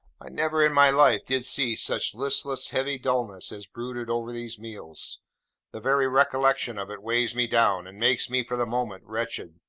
i never in my life did see such listless, heavy dulness as brooded over these meals the very recollection of it weighs me down, and makes me, for the moment, wretched.